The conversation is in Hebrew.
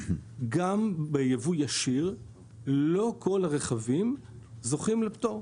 גם בייבוא ישיר לא כל הרכבים זוכים לפטור.